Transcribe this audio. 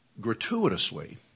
gratuitously